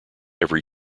every